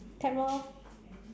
tap lor